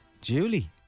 Julie